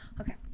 okay